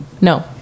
No